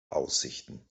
aussichten